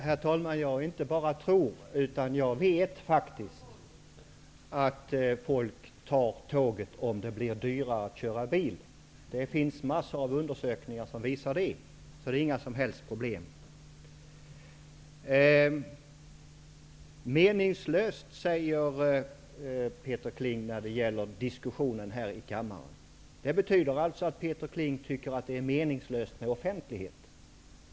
Herr talman! Jag inte bara tror, utan jag vet faktiskt att människor tar tåget om det blir dyrare att köra bil. Det finns massor av undersökningar som visar det. Så det är inga som helst problem. Peter Kling säger att diskussionen här i kammaren är meningslös. Det betyder alltså att han tycker att det är meningslöst med offentlighet.